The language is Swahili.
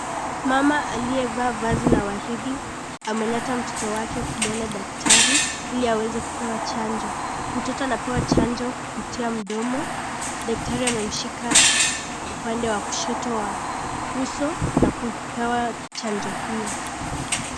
Mama aliyevaa vazi la waridi, ameleta mtoto wake kumwona daktari ili aweze kupewa chanjo. Mtoto anapewa chanjo kupitia mdomo. Daktari amemshika upande wa kushoto wa uso na kupewa chanjo hiyo.